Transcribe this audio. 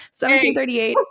1738